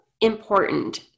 important